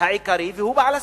העיקרי והוא בעל הסמכות.